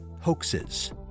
hoaxes